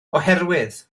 oherwydd